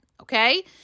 okay